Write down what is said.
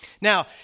Now